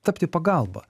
tapti pagalba